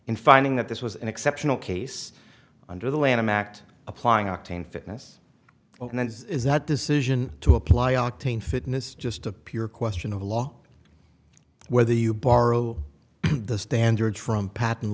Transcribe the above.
in finding that this was an exceptional case under the lanham act applying octane fitness and then is that decision to apply octane fitness just to pure question of law whether you borrow the standard from pat